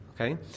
Okay